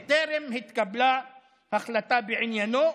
וטרם התקבלה החלטה בעניינו,